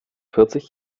vierzig